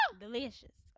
Delicious